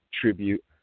tribute